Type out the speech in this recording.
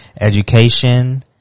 Education